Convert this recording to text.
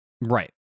Right